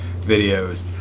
videos